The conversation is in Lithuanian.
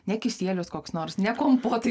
ne kisielius koks nors ne kompotai